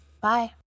Bye